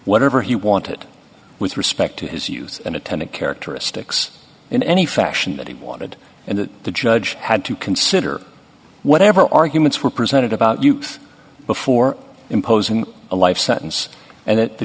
whatever he wanted with respect to his use an attorney characteristics in any fashion that he wanted and that the judge had to consider whatever arguments were presented about youth before imposing a life sentence and that the